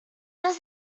does